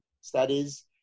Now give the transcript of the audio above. studies